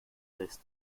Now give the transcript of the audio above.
list